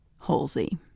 Halsey